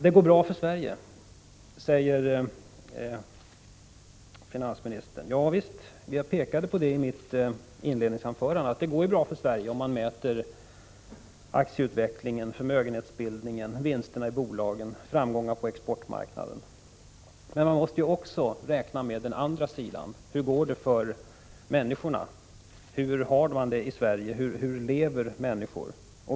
Det går bra för Sverige, sade finansministern. Ja visst, jag pekade redan i mitt inledningsanförande på att det går bra för Sverige, om man mäter aktieutvecklingen, förmögenhetsbildningen, vinsterna i bolagen och framgångarna på exportmarknaden. Men man måste också räkna med den andra sidan. Hur går det för människorna? Hur har man det i Sverige? Hur lever människor?